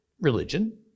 religion